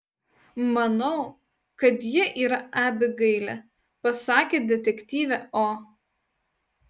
manau kad ji yra abigailė pasakė detektyvė o